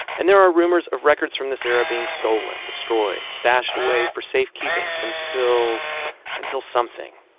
and there are rumors of records from this era being stolen, destroyed, stashed away for safekeeping until until something.